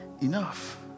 enough